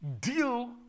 deal